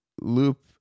loop